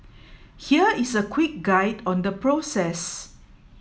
here is a quick guide on the process